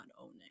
owning